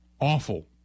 Awful